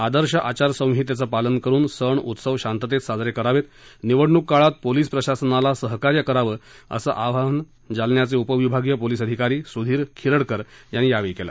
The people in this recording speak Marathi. आदर्श आचारसंहितेचं पालन करून सण उत्सव शांततेत साजरे करावेत निवडणूक काळात पोलीस प्रशासनाला सहकार्य करावं असं आवाहन जालन्याचे उपविभागीय पोलीस अधिकारी सुधीर खिरडकर यांनी यावेळी केलं